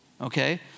okay